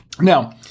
Now